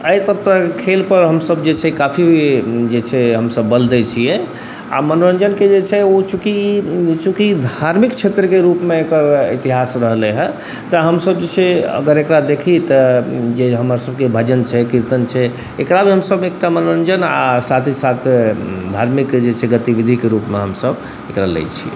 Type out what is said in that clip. एहिसब तरहके खेलपर हमसब जे छै काफी जे छै हमसब बल दै छिए आओर मनोरञ्जनके जे छै चूँकि चूँकि धार्मिक क्षेत्रके रूपमे एकर इतिहास रहलै हँ तऽ हमसब जे छै अगर एकरा देखी तऽ जे हमरसबके भजन छै कीर्तन छै एकरामे हमसब एकटा मनोरञ्जन आओर साथ ही साथ धार्मिक जे छै गतिविधिके रूपमे हमसब एकरा लै छी